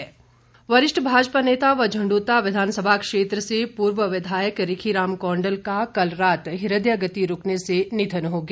रिखी राम कौंडल वरिष्ठ भाजपा नेता व झंड्रता विधानसभा क्षेत्र के पूर्व विधायक रिखी राम कौंडल का कल रात हृदय गति रुकने से निधन हो गया